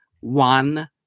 one